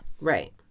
Right